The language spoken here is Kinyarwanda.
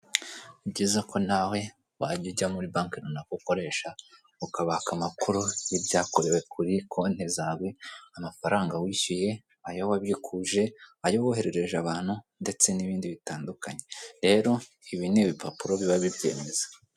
Ni byiza ko nawe wajya ujya muri banki runaka ukoresha ukabaka amakuru y'ibyakorewe kuri konti zawe, amafaranga wishyuye, ayo wabikuje, ayo woherereje abantu, ndetse n'ibindi bitandukanye rero ibi ni ibipapuro biba bibyemeza.